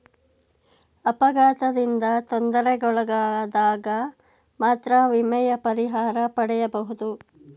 ಅಪಘಾತದಿಂದ ತೊಂದರೆಗೊಳಗಾದಗ ಮಾತ್ರ ವಿಮೆಯ ಪರಿಹಾರ ಪಡೆಯಬಹುದು